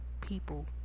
people